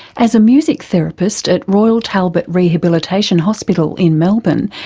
as a music therapist at royal talbot rehabilitation hospital in melbourne,